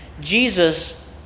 Jesus